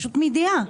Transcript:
פשוט מידיעה.